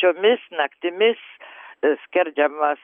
šiomis naktimis skerdžiamos